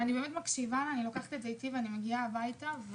הקשבתי לה, לקחתי את זה איתי והגעתי הביתה.